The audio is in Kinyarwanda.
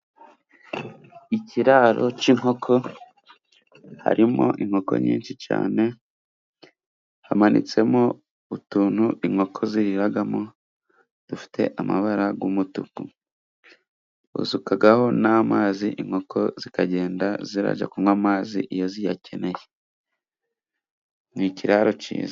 Ikiraro cy'inkoko harimo inkoko nyinshi cyane. Hamanitsemo utuntu inkoko ziriramo dufite amabara y'umutuku, basukaho n'amazi inkoko zikagenda zijya kunywa amazi iyo ziyakeneye. Ni ikiraro cyiza.